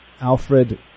Alfred